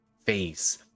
face